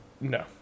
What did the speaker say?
no